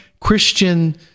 Christian